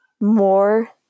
more